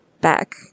back